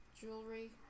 jewelry